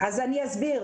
אני אסביר.